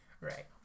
Right